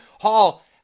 Hall